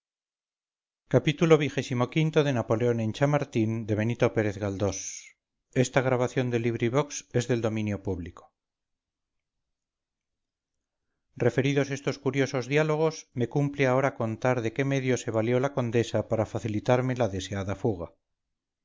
xxvii xxviii xxix napoleón en chamartín de benito pérez galdós referidos estos curiosos diálogos me cumple ahora contar de qué medio se valió la condesa para facilitarme la deseada fuga